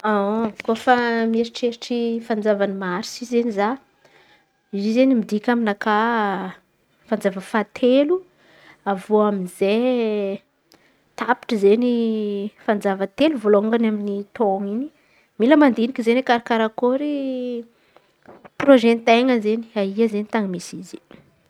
Kôfa mieritreritry fanjava ny marsa izen̈y za. Izy io izen̈y midika aminakà fanjava fahatelo. Avy eo amizay tapitry izen̈y fanjava telo amy taôny in̈y mila mandin̈iky izen̈y karà karakôry proze ten̈a izen̈y aia zey tan̈y misy izy.